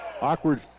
Awkward